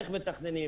איך מתכננים,